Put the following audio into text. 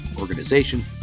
organization